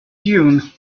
dune